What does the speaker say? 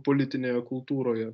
politinėje kultūroje